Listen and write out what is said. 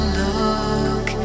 look